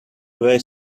away